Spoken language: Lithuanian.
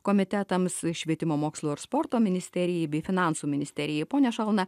komitetams švietimo mokslo ir sporto ministerijai bei finansų ministerijai pone šalna